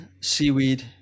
seaweed